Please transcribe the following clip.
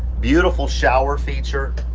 beautiful shower feature.